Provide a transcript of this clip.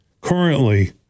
currently